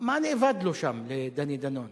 מה נאבד לו שם, לדני דנון?